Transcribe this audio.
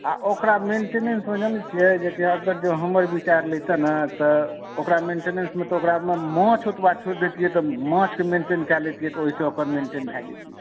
आ ओकरा मेंटेनेंसमे जानैत छियै जे कि एहिपर जे हमर विचार लितै ने तऽ ओकरा मेंटेनेंसमे तऽ ओकरामे माछ ओतबा छोड़ि देतियै तऽ माछकेँ मेन्टेन कै लैतियै तऽ ओहिसँ ओकर मेन्टेन भए जेतियै